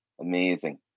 Amazing